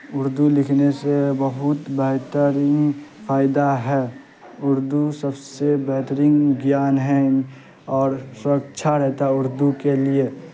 اردو لکھنے سے بہت بہترین فائدہ ہے اردو سب سے بہترین گیان ہے اور سرکشا رہتا ہے اردو کے لیے